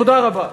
תודה רבה.